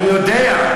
אני יודע.